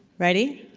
ready?